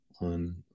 on